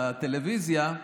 בטלוויזיה,